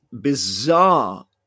bizarre